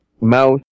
mouth